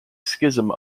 schism